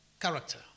character